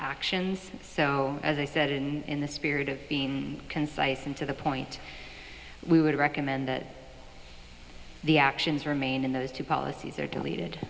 actions as i said in the spirit of being concise and to the point we would recommend the actions remain in those two policies are deleted